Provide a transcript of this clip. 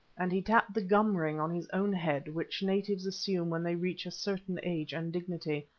and he tapped the gum ring on his own head, which natives assume when they reach a certain age and dignity.